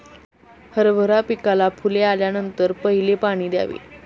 हरभरा पिकाला फुले आल्यानंतर पहिले पाणी द्यावे